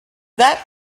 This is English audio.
that